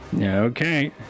Okay